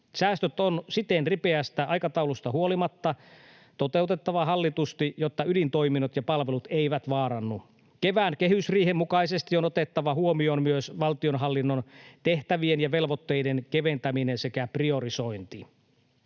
Säästöt on siten ripeästä aikataulusta huolimatta toteutettava hallitusti, jotta ydintoiminnot ja palvelut eivät vaarannu. Kevään kehysriihen mukaisesti on otettava huomioon myös valtionhallinnon tehtävien ja velvoitteiden keventäminen sekä priorisointi.